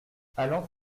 allant